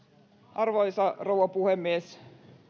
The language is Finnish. arvoisa rouva puhemies